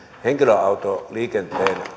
henkilöautoliikenteen